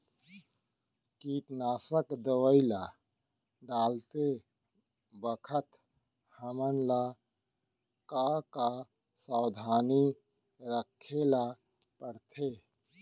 कीटनाशक दवई ल डालते बखत हमन ल का का सावधानी रखें ल पड़थे?